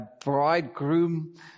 bridegroom